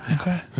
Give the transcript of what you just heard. Okay